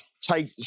take